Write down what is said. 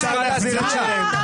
אפשר להחזיר את שרן.